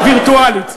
וירטואלית.